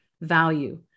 value